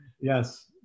yes